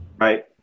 right